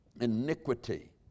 iniquity